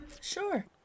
Sure